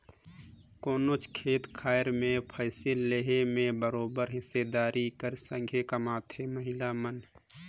कोनोच खेत खाएर में फसिल लेहे में बरोबेर हिस्सादारी कर संघे कमाथें महिला मन